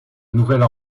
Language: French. nouvelle